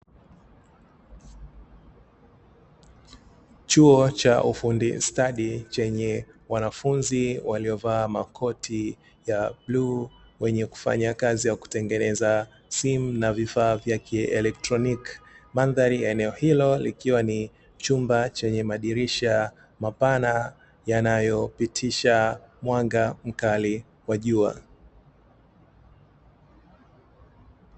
Chuo cha ufundi stadi chenye wanafunzi waliovaa makoti ya bluu wenye kufanya kazi ya kutengeneza simu na vifaa vya kielektroniki, mandhari ya eneo hilo likiwa ni chumba chenye madirisha mapana yanayopitisha mwanga mkali wa jua.